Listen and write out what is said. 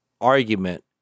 argument